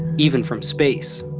even from space.